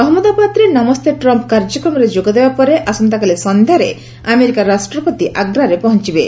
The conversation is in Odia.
ଅହମ୍ମଦାବାଦରେ ନମେସ୍ତ ଟ୍ରମ୍ପ୍ କାର୍ଯ୍ୟକ୍ରମରେ ଯୋଗ ଦେବାପରେ ଆସନ୍ତାକାଲି ସନ୍ଧ୍ୟାରେ ଆମେରିକା ରାଷ୍ଟ୍ରପତି ଆଗ୍ରାରେ ପହଞ୍ଚବେ